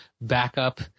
backup